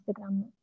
Instagram